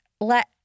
let